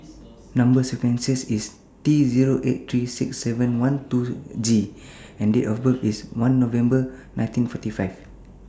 Number sequences IS T Zero eight three six seven one two G and Date of birth IS one November nineteen forty five